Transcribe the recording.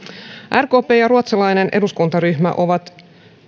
rkp ja ruotsalainen eduskuntaryhmä ovat